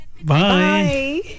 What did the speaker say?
Bye